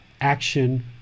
action